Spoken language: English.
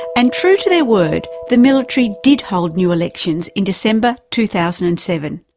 and true to their word, the military did hold new elections in december, two thousand and seven.